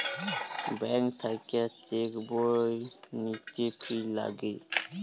bank থাক্যে cheque বই লিতে ফি লাগে